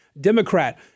Democrat